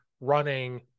running